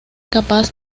capaz